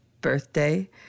birthday